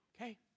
Okay